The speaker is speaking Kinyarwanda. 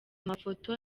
mafoto